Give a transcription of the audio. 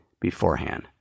beforehand